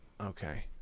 okay